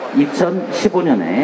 2015년에